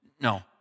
no